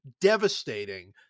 devastating